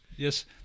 Yes